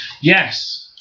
yes